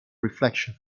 reflection